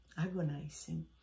agonizing